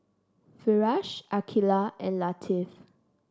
Firash Aqilah and Latif